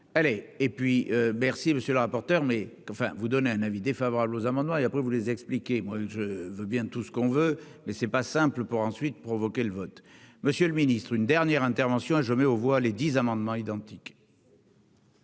allez, et puis merci, monsieur le rapporteur, mais enfin, vous donnez un avis défavorable aux amendements et après vous les expliquez moi je veux bien tout ce qu'on veut, mais c'est pas simple pour ensuite provoqué le vote, monsieur le ministre, une dernière intervention je mets aux voix les dix amendements identiques.